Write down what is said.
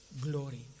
glory